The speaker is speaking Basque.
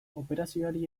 operazioari